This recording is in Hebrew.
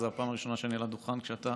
זו הפעם הראשונה שאני על הדוכן כשאתה